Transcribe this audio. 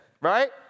right